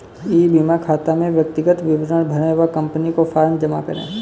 ई बीमा खाता में व्यक्तिगत विवरण भरें व कंपनी को फॉर्म जमा करें